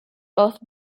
both